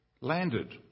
landed